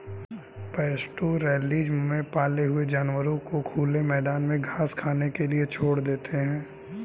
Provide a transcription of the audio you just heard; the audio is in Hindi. पास्टोरैलिज्म में पाले हुए जानवरों को खुले मैदान में घास खाने के लिए छोड़ देते है